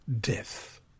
death